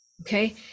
okay